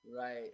Right